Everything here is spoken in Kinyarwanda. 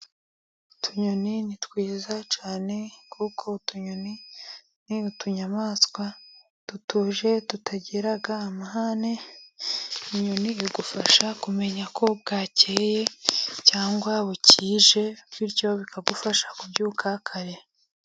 Utunyoni ni twiza cyane, kuko utunyoni ni utunyamaswa dutuje tutagira amahane, inyoni igufasha kumenya ko bwakeye cyangwa bukije, bityo bikagufasha kubyuka kare.